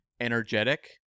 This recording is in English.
energetic